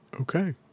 Okay